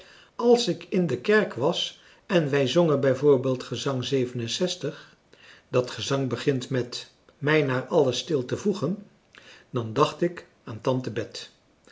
als ik in de kerk was en wij zongen bij voorbeeld dat gezang begint met mij naar alles stil te voegen dan dacht ik aan tante bet